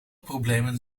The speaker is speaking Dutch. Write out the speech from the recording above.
problemen